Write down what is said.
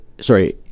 sorry